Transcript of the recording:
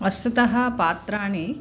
वस्तुतः पात्राणि